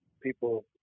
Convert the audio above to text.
people